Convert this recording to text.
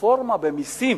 רפורמה במסים,